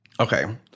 Okay